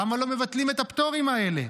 למה לא מבטלים את הפטורים האלה?